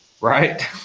right